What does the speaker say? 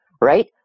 right